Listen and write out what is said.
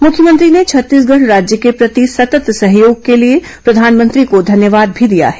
मुख्यमंत्री ने छत्तीसगढ़ राज्य के प्रति सतत् सहयोग के लिए प्रधानमंत्री को धन्यवाद भी दिया है